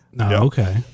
okay